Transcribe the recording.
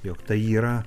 jog tai yra